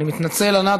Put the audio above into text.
אני מתנצל, ענת.